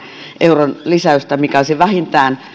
euron lisäystä mikä olisi vähintään